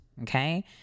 Okay